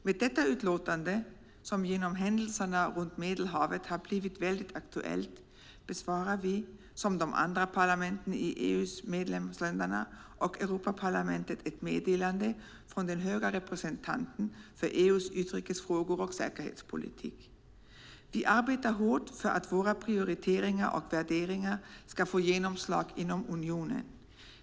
Med detta utlåtande, som genom händelserna runt Medelhavet har blivit väldigt aktuellt, besvarar vi, liksom de andra parlamenten i EU:s medlemsländer och Europaparlamentet, ett meddelande från den höga representanten för EU:s utrikesfrågor och säkerhetspolitik. Vi arbetar hårt för att våra prioriteringar och värderingar ska få genomslag inom unionen.